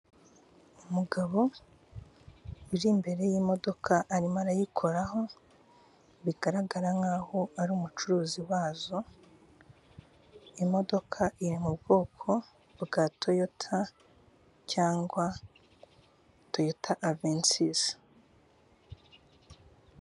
Umugabo uri imbere yimodoka arimo arayikoraho bigaragara nk'aho ari umucuruzi wazo imodoka iri mu bwoko bwa toyota cyangwa toyota avenisisi.